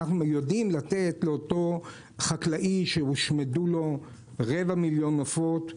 אנחנו יודעים לתת לאותו חקלאי שהושמדו לו רבע מיליון עופות,